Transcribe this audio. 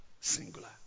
Singular